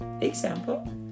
Example